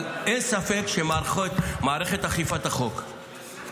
אבל אין ספק שמערכת אכיפת החוק,